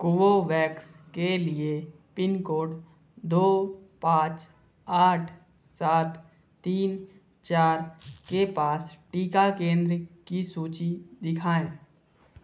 Covovax के लिए pincode दो पाँच आठ सात तीन चार के पास टीका केंद्र की सूची दिखाएँ